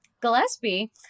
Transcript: Gillespie